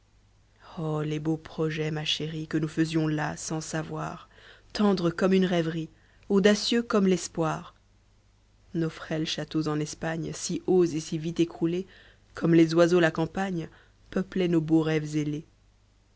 oh les beaux projets ma chérie que nous faisions là sans savoir tendres comme une rêverie audacieux comme l'espoir nos frêles châteaux en espagne si hauts et si vite écroulés comme les oiseaux la campagne peuplaient nos beaux rêves ailés